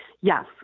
Yes